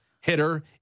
hitter